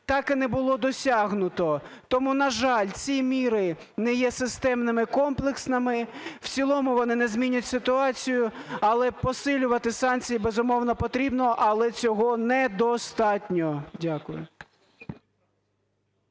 так і не було досягнуто. Тому, на жаль, ці міри не є системними і комплексними, в цілому вони не змінять ситуацію. Але посилювати санкції, безумовно, потрібно, але цього недостатньо. Дякую.